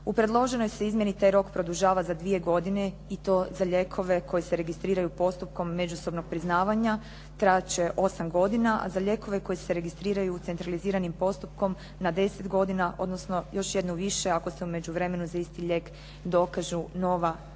U predloženoj se izmjeni taj rok produžava za dvije godine i to za lijekove koji se registriraju postupkom međusobnog priznavanja, trajati će 8 godina a za lijekove koji se registriraju centraliziranih postupkom na 10 godina odnosno još jednu više ako se za isti lijek dokažu nova indikacijska